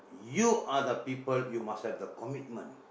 you are the people you must have the commitment